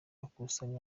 bakusanya